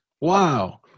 Wow